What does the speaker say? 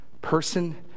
person